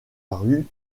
rue